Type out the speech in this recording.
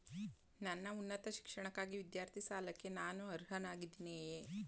ನನ್ನ ಉನ್ನತ ಶಿಕ್ಷಣಕ್ಕಾಗಿ ವಿದ್ಯಾರ್ಥಿ ಸಾಲಕ್ಕೆ ನಾನು ಅರ್ಹನಾಗಿದ್ದೇನೆಯೇ?